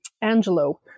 Angelo